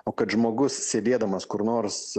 o kad žmogus sėdėdamas kur nors